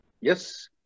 yes